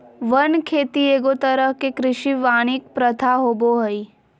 वन खेती एगो तरह के कृषि वानिकी प्रथा होबो हइ